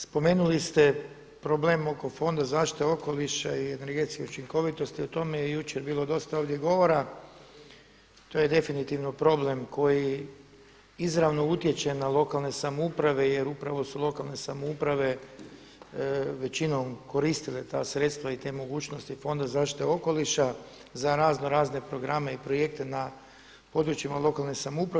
Spomenuli ste problem oko Fonda za zaštitu okoliša i energetske učinkovitosti o tome je jučer bilo dosta ovdje govora, to je definitivno problem koji izravno utječe na lokalne samouprave jer upravo su lokalne samouprave većinom koristile ta sredstva i te mogućnosti Fonda za zaštitu okoliša za raznorazne programe i projekte na područjima lokalne samouprave.